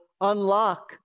unlock